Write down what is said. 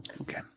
Okay